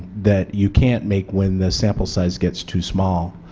that you can't make when the sample size gets too small.